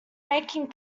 making